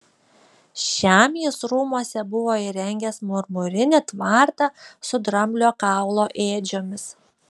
šiam jis rūmuose buvo įrengęs marmurinį tvartą su dramblio kaulo ėdžiomis